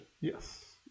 Yes